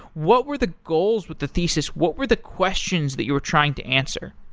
what were the goals with the thesis? what were the questions that you were trying to answer?